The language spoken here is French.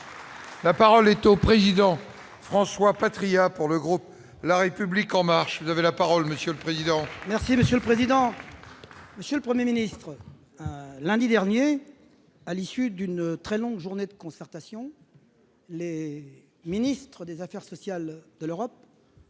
La parole est au président François Patriat pour le groupe, la République en marche, vous avez la parole monsieur le président. Merci monsieur le président. Monsieur le 1er ministre lundi dernier à l'issue d'une très longue journée de concertation Les ministres des Affaires sociales de l'Europe.